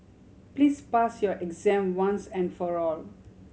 please pass your exam once and for all